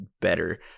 better